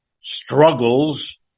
struggles